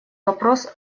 вопрос